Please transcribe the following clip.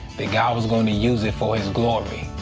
that god was going to use it for his glory,